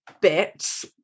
bits